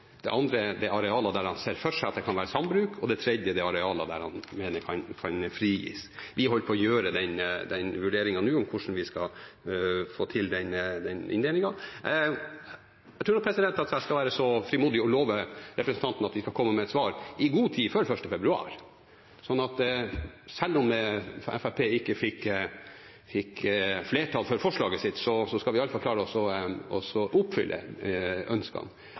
det andre er det arealet der han ser for seg at det kan være sambruk, og det tredje er det arealet han mener kan frigis. Vi holder nå på med den vurderingen av hvordan vi skal få til den inndelingen. Jeg tror jeg skal være så frimodig å love representanten Wold at vi skal komme med et svar i god tid før 1. februar. Så selv om Fremskrittspartiet ikke fikk flertall for forslaget sitt, skal vi iallfall klare å oppfylle ønskene.